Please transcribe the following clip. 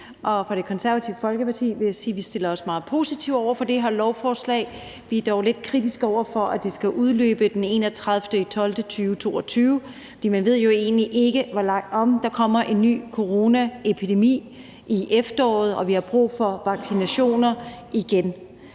og fra Det Konservative Folkepartis side vil jeg sige, at vi stiller os meget positivt over for det her lovforslag. Vi er dog lidt kritiske over for, at det skal udløbe den 31. december 2022, for man ved jo egentlig ikke, om der kommer en ny coronaepidemi i efteråret og vi får brug for vaccinationer igen.